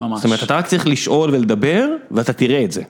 זאת אומרת, אתה צריך לשאול ולדבר, ואתה תראה את זה.